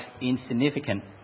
insignificant